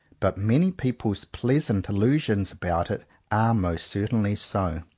but many people's pleasant il lusions about it are most certainly so.